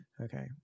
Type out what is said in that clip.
okay